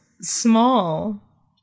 small